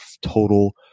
total